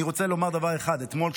אני רוצה לומר דבר אחד: אתמול,